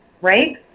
right